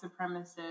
supremacists